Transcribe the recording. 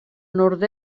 nord